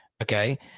okay